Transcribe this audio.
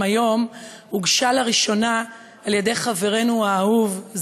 היום הוגשה לראשונה על-ידי חברנו האהוב,